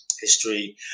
history